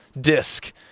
disc